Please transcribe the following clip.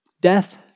death